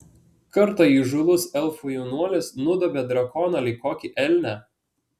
kartą įžūlus elfų jaunuolis nudobė drakoną lyg kokį elnią